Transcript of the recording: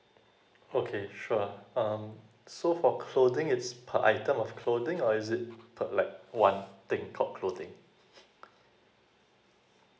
okay sure um so for clothing it's per item of clothing or is it per like one thing called clothing